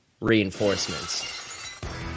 reinforcements